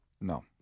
No